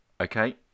Okay